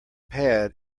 pad